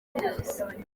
byose